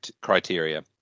criteria